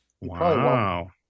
Wow